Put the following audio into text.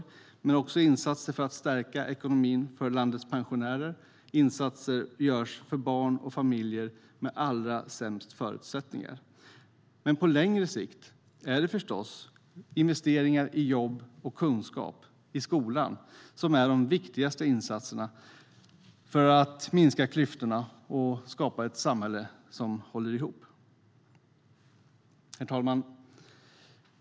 Där finns också insatser för att stärka ekonomin för landets pensionärer och insatser för de barn och familjer som har allra sämst förutsättningar. Men på längre sikt är det förstås investeringar i jobb, kunskap och skola som är de viktigaste insatserna för att minska klyftorna och skapa ett samhälle som håller ihop. Herr talman!